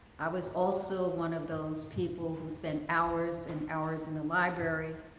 i was also one of those people who spend hours and hours in the library,